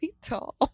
tall